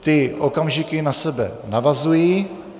Ty okamžiky na sebe navazují.